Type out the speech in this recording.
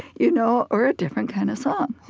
you know, or a different kind of song.